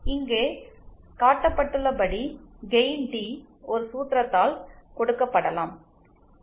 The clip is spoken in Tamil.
இங்கே காட்டப்பட்டுள்ளபடி கெயின் டி ஒரு சூத்திரத்தால் கொடுக்கப்படலாம்